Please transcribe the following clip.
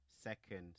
Second